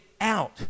out